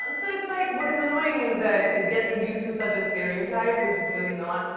and so it's like, what is annoying is that it gets reduced to such a stereotype, which it's really not.